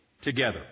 Together